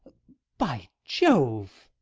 by jove!